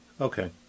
Okay